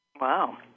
Wow